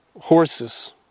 horses